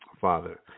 Father